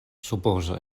supozo